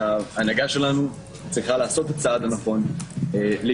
וההנהגה שלנו צריכה לעשות את הצעד הנכון ולהתערב,